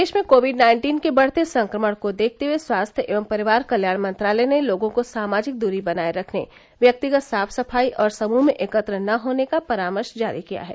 देश में covid nineteen के बढ़ते संक्रमण को देखते हुए स्वास्थ्य एवं परिवार कल्याण मंत्रालय ने लोगों को सामाजिक दूरी बनाए रखने व्यक्तिगत साफ सफाई और समूह में एकत्र न होने का परामर्श जारी किया है